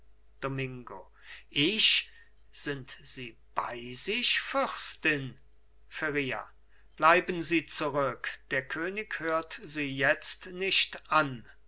domingo ich sind sie bei sich fürstin feria bleiben sie zurück der könig hört sie jetzt nicht an